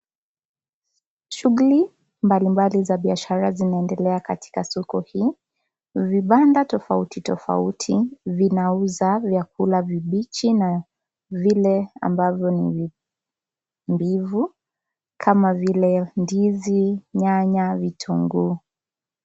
Shughuli mbalimbali za biashara zinaendelea katika soko hii. Vibanda tofauti tofauti vinauza vyakula vimbichi na vile ambazo mbivu kama vile ndizi, nyanya, vitunguu.